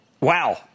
wow